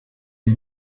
wie